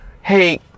Hey